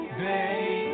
babe